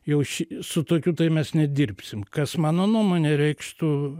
jau ši su tokiu tai mes nedirbsim kas mano nuomone reikštų